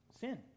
sin